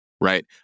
right